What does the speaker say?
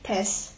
test